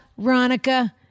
Ronica